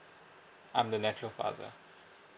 I'm the natural father